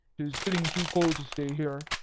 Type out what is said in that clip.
tis getting too cold to stay here.